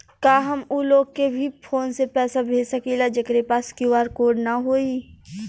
का हम ऊ लोग के भी फोन से पैसा भेज सकीला जेकरे पास क्यू.आर कोड न होई?